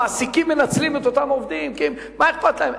המעסיקים מנצלים את אותם עובדים, כי מה אכפת להם?